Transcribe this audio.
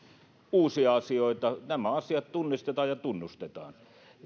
uusia asioita nämä asiat tunnistetaan ja tunnustetaan